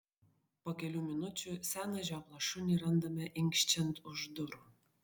po kelių minučių seną žioplą šunį randame inkščiant už durų